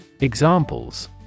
Examples